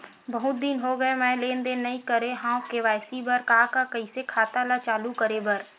बहुत दिन हो गए मैं लेनदेन नई करे हाव के.वाई.सी बर का का कइसे खाता ला चालू करेबर?